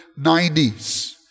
90s